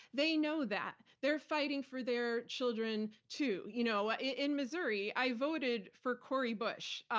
they know that. they're fighting for their children, too. you know ah in missouri, i voted for cori bush.